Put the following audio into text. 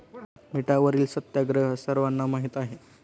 मिठावरील सत्याग्रह सर्वांना माहीत आहे